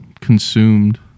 consumed